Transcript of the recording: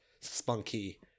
spunky